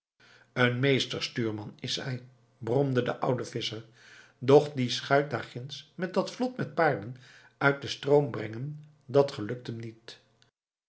een meester stuurman is hij bromde de oude visscher doch die schuit daar ginds met dat vlot met paarden uit den stroom brengen dat gelukt hem niet